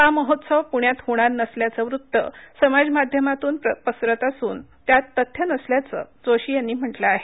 हा महोत्सव प्ण्यात होणार नसल्याचं वृत समाजमाध्यमांतून पसरत असून त्यात तथ्य नसल्याच जोशी यांनी म्हटलं आहे